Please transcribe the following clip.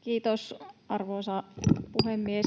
Kiitos, arvoisa puhemies!